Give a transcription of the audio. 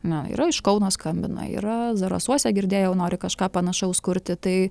na yra iš kauno skambina yra zarasuose girdėjau nori kažką panašaus kurti tai